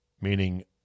meaning